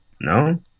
No